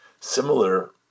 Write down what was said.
similar